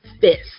fist